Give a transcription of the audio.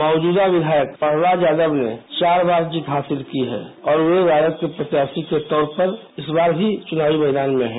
मौजूदा विधायक प्रह्लाद यादव ने चार बार जीत हासिल की है और ये राजद के प्रत्यारी के तौर पर इस बार भी चुनावी मैदान में हैं